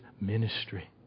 ministry